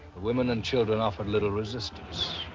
women and children offered little resistance.